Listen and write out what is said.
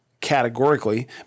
categorically